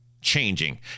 changing